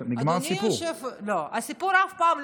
אבל לא אחרי שקראתי לשלושתכם.